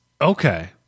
Okay